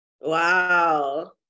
wow